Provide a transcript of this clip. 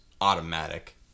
Automatic